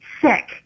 sick